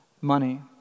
money